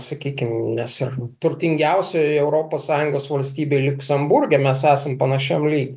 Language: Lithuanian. sakykim nes ir turtingiausioj europos sąjungos valstybėj liuksemburge mes esam panašiam lygy